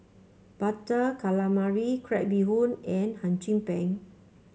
Butter Calamari Crab Bee Hoon and Hum Chim Peng